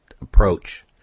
approach